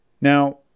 Now